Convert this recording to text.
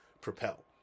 propel